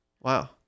Wow